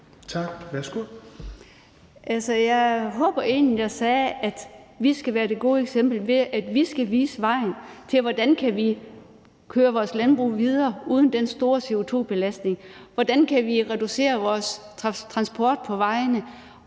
at jeg sagde, at vi skal være det gode eksempel, ved at vi skal vise vejen til, hvordan vi kan køre vores landbrug videre uden den store CO2-belastning, hvordan vi kan reducere vores transport på vejene